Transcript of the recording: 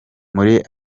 muri